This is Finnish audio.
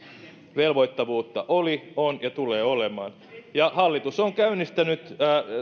velvoittavuutta oli on ja tulee olemaan ja hallitus on käynnistänyt